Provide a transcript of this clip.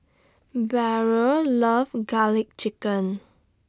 Beryl loves Garlic Chicken